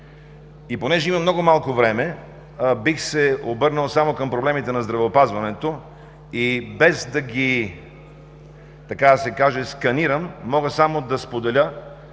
Понеже имам много малко време, бих се обърнал само към проблемите на здравеопазването. Без да ги сканирам, мога само да споделя,